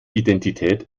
identität